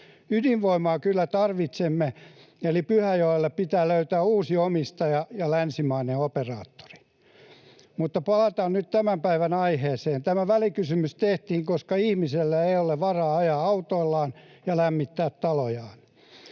Ydinvoimaa kyllä tarvitsemme, eli Pyhäjoelle pitää löytää uusi omistaja ja länsimainen operaattori. Mutta palataan nyt tämän päivän aiheeseen. Tämä välikysymys tehtiin, koska ihmisillä ei ole varaa ajaa autoillaan ja lämmittää talojaan.